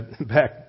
back